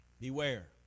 Beware